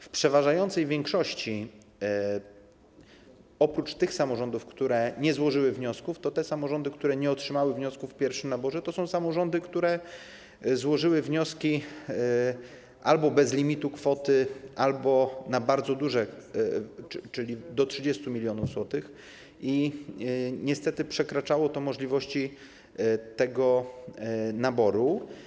W przeważającej większości - oprócz tych samorządów, które nie złożyły wniosków - samorządy, które nie otrzymały wniosków w pierwszym naborze, to samorządy, które złożyły wnioski albo bez limitu kwoty, albo na bardzo duże kwoty, czyli do 30 mln zł, co niestety przekraczało możliwości tego naboru.